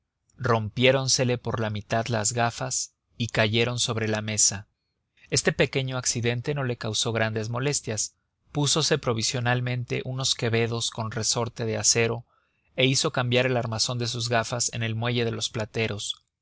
familia rompiéronsele por la mitad las gafas y cayeron sobre la mesa este pequeño accidente no le causó grandes molestias púsose provisionalmente unos quevedos con resorte de acero e hizo cambiar el armazón de sus gafas en el muelle de los plateros